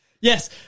Yes